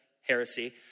heresy